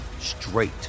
straight